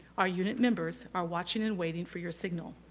our unit members are watching and waiting for your signal.